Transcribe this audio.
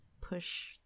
push